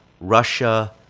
Russia